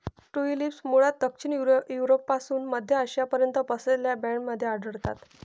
tulips मूळतः दक्षिण युरोपपासून मध्य आशियापर्यंत पसरलेल्या बँडमध्ये आढळतात